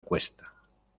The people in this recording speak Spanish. cuesta